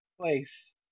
place